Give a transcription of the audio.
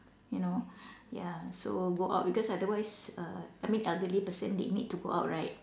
you know ya so go out because otherwise uh I mean elderly person they need to go out right